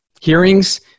hearings